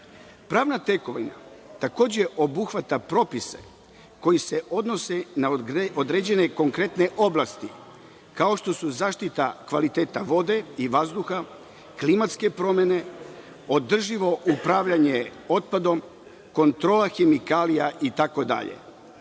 tekovina takođe obuhvata propise koji se odnose na određene konkretne oblasti, kao što su zaštita kvaliteta vode, vazduha, klimatske promene, održivo upravljanje otpadom, kontrola hemikalija itd.